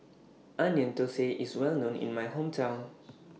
Onion Thosai IS Well known in My Hometown